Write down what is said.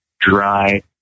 dry